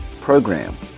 program